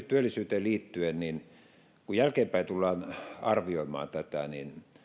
työllisyyteen liittyen kun jälkeenpäin tullaan arvioimaan tätä niin